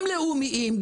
גם לאומיים,